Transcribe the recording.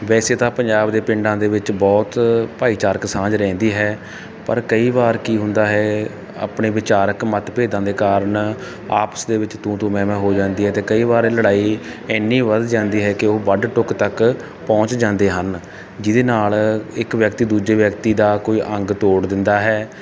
ਵੈਸੇ ਤਾਂ ਪੰਜਾਬ ਦੇ ਪਿੰਡਾਂ ਦੇ ਵਿੱਚ ਬਹੁਤ ਭਾਈਚਾਰਕ ਸਾਂਝ ਰਹਿੰਦੀ ਹੈ ਪਰ ਕਈ ਵੀ ਕੀ ਹੁੰਦਾ ਹੈ ਆਪਣੇ ਵਿਚਾਰਕ ਮਤਭੇਦਾਂ ਦੇ ਕਾਰਨ ਆਪਸ ਦੇ ਵਿੱਚ ਤੂੰ ਤੂੰ ਮੈਂ ਮੈਂ ਹੋ ਜਾਂਦੀ ਹੈ ਅਤੇ ਕਈ ਵਾਰ ਇਹ ਲੜਾਈ ਇੰਨੀ ਵੱਧ ਜਾਂਦੀ ਹੈ ਕਿ ਉਹ ਵੱਢ ਟੁੱਕ ਤੱਕ ਪਹੁੰਚ ਜਾਂਦੇ ਹਨ ਜਿਹਦੇ ਨਾਲ ਇੱਕ ਵਿਅਕਤੀ ਦੂਜੇ ਵਿਅਕਤੀ ਦਾ ਕੋਈ ਅੰਗ ਤੋੜ ਦਿੰਦਾ ਹੈ